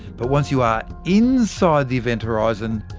but once you are inside the event horizon,